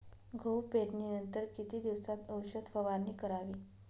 गहू पेरणीनंतर किती दिवसात औषध फवारणी करावी?